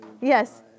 Yes